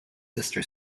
sister